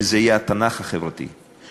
שזה יהיה התנ"ך החברתי,